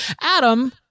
Adam